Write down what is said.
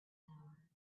hour